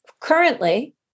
Currently